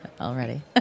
already